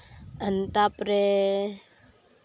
ᱛᱟᱨᱯᱚᱨᱮ